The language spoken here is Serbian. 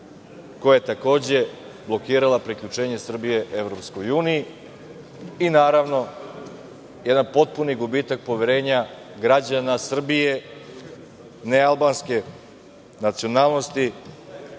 koja je takođe blokirala priključenje Srbije EU. Naravno, jedan potpuni gubitak poverenja građana Srbije nealbanske nacionalnosti